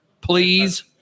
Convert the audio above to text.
please